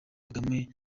kagame